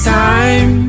time